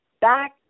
back